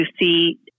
see